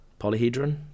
Polyhedron